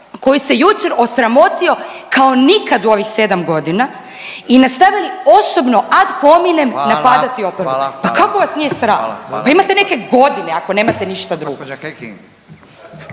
koji se jučer osramotio kao nikad u ovih 7 godina i nastavili osobno ad hominem napadati oporbu. .../Upadica: Hvala. Hvala. Hvala./... Pa kako vas nije sram? Pa imate neke godine, ako nemate ništa drugo.